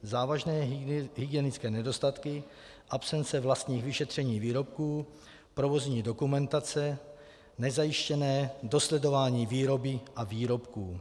Závažné hygienické nedostatky, absence vlastních vyšetření výrobků, provozní dokumentace, nezajištěné dosledování výroby a výrobků.